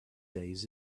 days